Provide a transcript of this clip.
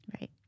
Right